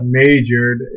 majored